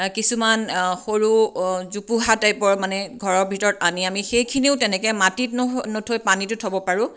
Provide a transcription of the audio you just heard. কিছুমান সৰু জোপোহা টাইপৰ মানে ঘৰৰ ভিতৰত আনি আমি সেইখিনিও তেনেকৈ মাটিত নহৈ নথৈ পানীতো থ'ব পাৰোঁ